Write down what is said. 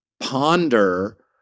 Ponder